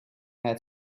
had